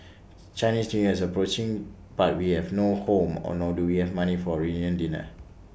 Chinese New Year is approaching but we have no home or nor do we have money for A reunion dinner